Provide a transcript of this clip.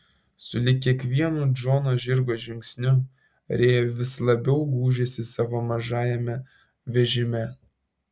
sulig kiekvienu džono žirgo žingsniu rėja vis labiau gūžėsi savo mažajame vežime